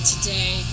today